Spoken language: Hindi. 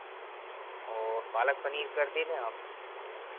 और पालक पनीर कर देना आप